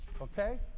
okay